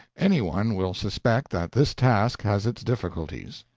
any one will suspect that this task has its difficulties.